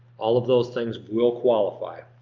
all of those things will qualify.